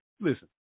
Listen